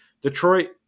Detroit